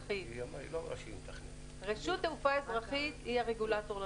תכנון תעופה אזרחית היא הרגולטור לנושא.